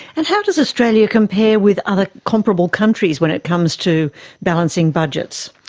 and how does australia compare with other comparable countries when it comes to balancing budgets?